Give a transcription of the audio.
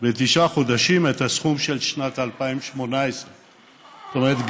בתשעה חודשים את הסכום של שנת 2018. זאת אומרת,